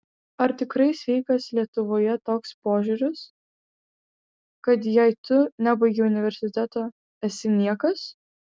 ar tikrai sveikas lietuvoje toks požiūris kad jei tu nebaigei universiteto esi niekas